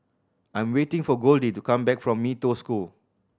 I'm waiting for Goldie to come back from Mee Toh School